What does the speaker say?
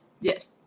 Yes